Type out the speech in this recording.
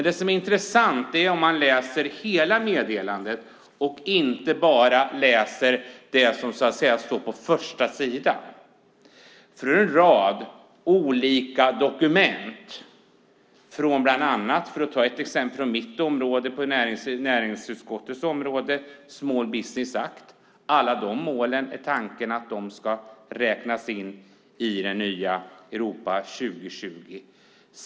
Det som är intressant framgår när man läser hela meddelandet, inte bara det som står på första sidan. Det handlar om en rad olika dokument. För att exemplifiera från mitt område, näringsutskottets område, handlar det om en Small Business Act. Tanken är att alla de målen ska räknas in nya Europa 2020.